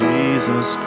Jesus